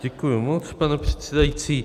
Děkuju moc, pane předsedající.